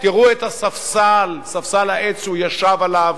תראו את הספסל, ספסל העץ שהוא ישב עליו,